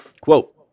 Quote